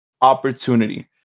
opportunity